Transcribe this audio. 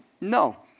No